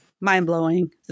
mind-blowing